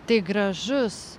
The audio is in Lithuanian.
tai gražus